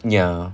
ya